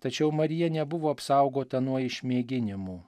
tačiau marija nebuvo apsaugota nuo išmėginimų